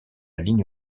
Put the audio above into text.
ligne